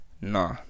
nah